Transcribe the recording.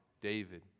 David